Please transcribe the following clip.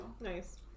Nice